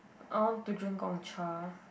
I want to drink Gong-Cha